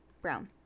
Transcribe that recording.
brown